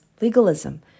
legalism